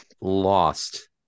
lost